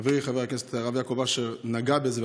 חברי חבר הכנסת הרב יעקב אשר נגע בזה,